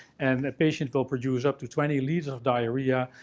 and the patient will produce up to twenty liters of diarrhea,